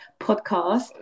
podcast